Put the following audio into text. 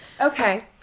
okay